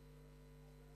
נמנעים.